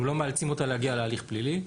אנחנו לא מאלצים אותה להגיע להליך פלילי.